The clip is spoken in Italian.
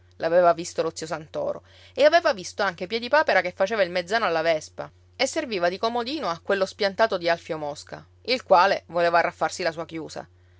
l'aveva visto lo zio santoro e aveva visto anche piedipapera che faceva il mezzano alla vespa e serviva di comodino a quello spiantato di alfio mosca il quale voleva arraffarsi la sua chiusa